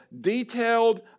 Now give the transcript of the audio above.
detailed